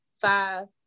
five